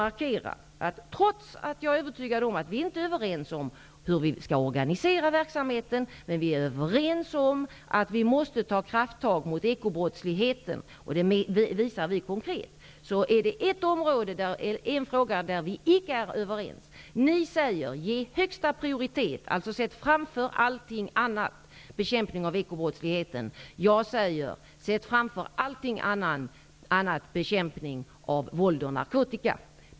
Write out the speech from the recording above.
Trots att vi inte är överens om hur vi skall organisera verksamheten är vi överens om att vi måste ta krafttag mot ekobrottsligheten, och det visar vi konkret. Det finns emellertid en fråga där vi icke är överens. Ni säger: Ge högsta prioritet åt, alltså sätt framför allting annat, bekämpningen av ekobrottsligheten. Jag säger: Sätt framför allting annat bekämpningen av våld och narkotika.